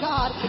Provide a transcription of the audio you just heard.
God